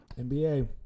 NBA